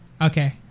Okay